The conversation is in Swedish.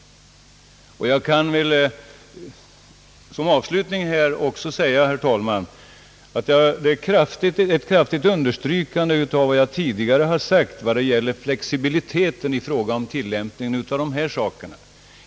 Som avslutning kan jag också säga, herr talman, att jag kraftigt vill understryka vad jag tidigare sagt om flexibiliteten vid tillämpningen av dessa bestämmelser.